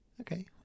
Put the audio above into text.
Okay